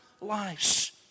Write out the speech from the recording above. lives